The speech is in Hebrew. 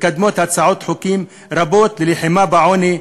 מקדמת הצעות חוקים רבות ללחימה בעוני,